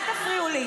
לא מושכים,